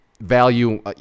value